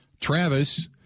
Travis